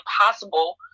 impossible